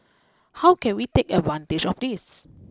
how can we take advantage of this